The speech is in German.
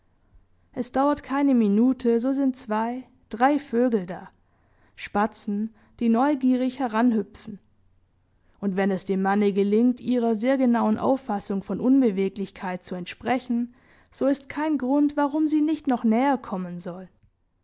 es dauert keine minute so sind zwei drei vögel da spatzen die neugierig heranhüpfen und wenn es dem manne gelingt ihrer sehr genauen auffassung von unbeweglichkeit zu entsprechen so ist kein grund warum sie nicht noch näher kommen sollen